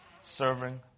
serving